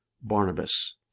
Barnabas